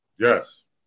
Yes